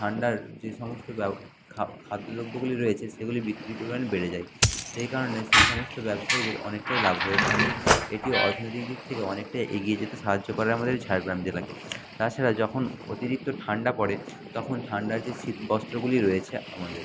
ঠান্ডার যে সমস্ত ব্যব খাদ্যদ্রব্যগুলি রয়েছে সেগুলির বিক্রির পরিমাণ বেড়ে যায় সেই কারণে সেই সমস্ত ব্যবসায়ীদের অনেকটাই লাভ হয়ে থাকে এটি অর্থনৈতিক দিক থেকে অনেকটাই এগিয়ে যেতে সাহায্য করে আমাদের ঝাড়গ্রাম জেলাকে তাছাড়া যখন অতিরিক্ত ঠান্ডা পড়ে তখন ঠান্ডায় যে শীতবস্ত্রগুলি রয়েছে আমাদের